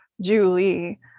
Julie